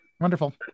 wonderful